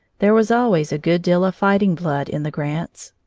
there was always a good deal of fighting blood in the grants.